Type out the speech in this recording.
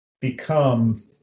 become